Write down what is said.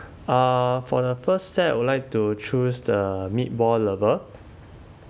uh for the first set I would like to choose the meatball lover